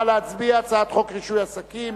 נא להצביע, הצעת חוק רישוי עסקים